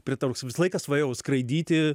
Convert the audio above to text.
pritrauks visą laiką svajojau skraidyti